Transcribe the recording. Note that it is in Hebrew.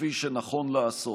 וכפי שנכון לעשות.